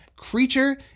Creature